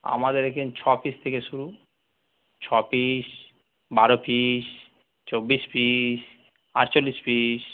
আমাদের এখানে ছপিস থেকে শুরু ছপিস বারো পিস চব্বিশ পিস আটচল্লিশ পিস